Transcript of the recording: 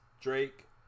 Drake